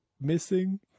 Missing